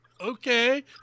okay